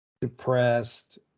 depressed